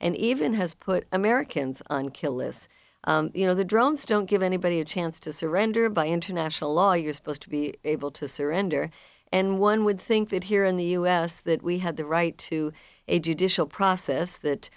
and even has put americans on killis you know the drones don't give anybody a chance to surrender by international law you're supposed to be able to surrender and one would think that here in the u s that we had the right to a judicial process